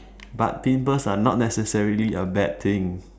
but pimples are not necessary a bad thing